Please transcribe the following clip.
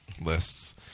lists